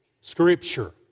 Scripture